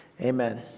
Amen